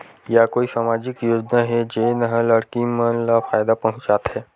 का कोई समाजिक योजना हे, जेन हा लड़की मन ला फायदा पहुंचाथे?